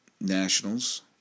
Nationals